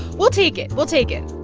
we'll take it. we'll take it